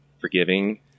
forgiving